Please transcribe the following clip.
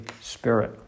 Spirit